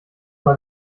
mal